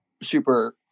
super